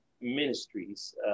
Ministries